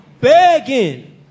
begging